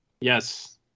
Yes